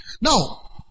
Now